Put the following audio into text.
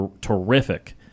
terrific